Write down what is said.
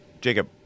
Jacob